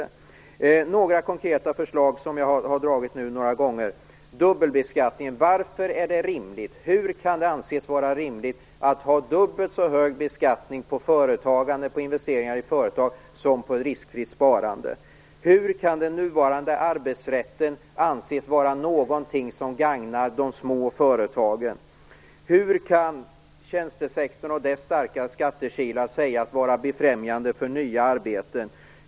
Jag har några konkreta förslag som jag har dragit nu några gånger: Hur kan det anses vara rimligt att ha dubbelt så hög beskattning på företagande och investeringar i företag som på riskfritt sparande? Hur kan den nuvarande arbetsrätten anses vara någonting som gagnar de små företagen? Hur kan tjänstesektorn och dess starka skattekilar sägas vara befrämjande för nya arbeten?